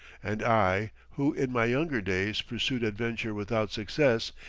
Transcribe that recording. and i, who in my younger days pursued adventure without success,